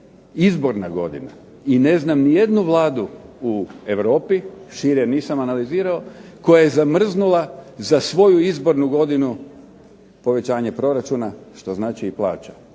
izborna godina i ne znam ni jednu Vladu u Europi šire nisam analizirao koja je zamrznula za svoju izbornu godinu povećanje proračuna što znači i plaća.